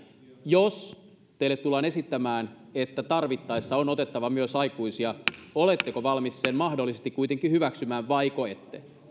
jos teille tullaan esittämään että tarvittaessa on otettava myös aikuisia oletteko valmis sen mahdollisesti kuitenkin hyväksymään vaiko ette